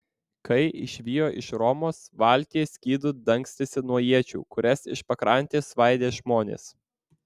kai išvijo iš romos valtyje skydu dangstėsi nuo iečių kurias iš pakrantės svaidė žmonės